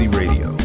radio